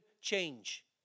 change